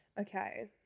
Okay